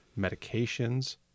medications